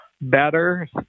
better